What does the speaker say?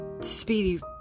Speedy